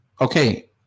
okay